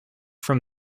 from